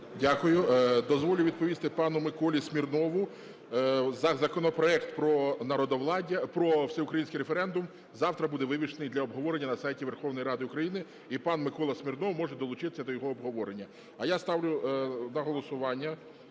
Дякую. Дозволю відповісти пану Миколі Смірнову за законопроект про всеукраїнський референдум, завтра буде вивішений для обговорення на сайті Верховної Ради України. І пан Микола Смірнов може долучитися до його обговорення. А я ставлю на голосування